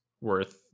worth